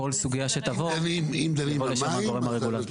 כל סוגיה שתבוא, יכולה לבוא מהגורם הרגולטורי.